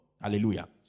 Hallelujah